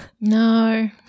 No